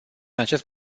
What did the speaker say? acest